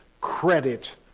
credit